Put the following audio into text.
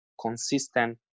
consistent